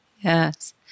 Yes